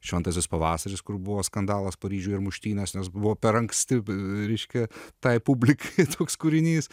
šventasis pavasaris kur buvo skandalas paryžiuj ir muštynes nes buvo per anksti reiškia tai publikai koks kūrinys